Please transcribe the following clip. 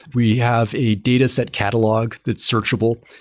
we have a dataset catalog that's searchable.